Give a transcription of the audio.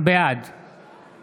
בעד